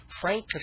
Frank